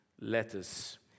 letters